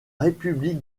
république